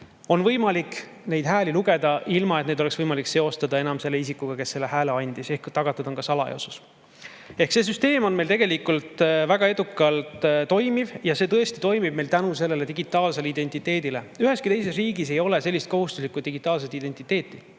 võimalik neid hääli lugeda ilma, et neid oleks võimalik seostada enam selle isikuga, kes hääle andis. Ehk tagatud on salajasus. See süsteem toimib meil tegelikult väga edukalt ja see toimib meil tõesti tänu digitaalsele identiteedile. Üheski teises riigis ei ole sellist kohustuslikku digitaalset identiteeti.